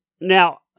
Now